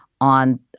on